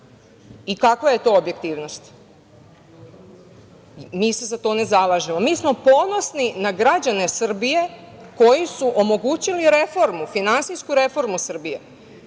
i kakva je to objektivnost? Mi se za to ne zalažemo. Mi smo ponosni na građane Srbije koji su omogućili reformu, finansijsku reformu Srbije.